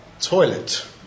toilet